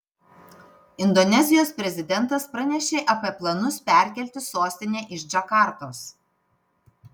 indonezijos prezidentas pranešė apie planus perkelti sostinę iš džakartos